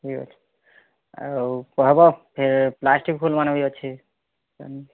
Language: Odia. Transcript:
ଠିକ୍ ଅଛି ଆଉ କହିବ ପ୍ଲାଷ୍ଟିକ୍ ଫୁଲ୍ମାନ ବି ଅଛି ଏମିତି